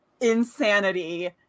insanity